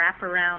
wraparound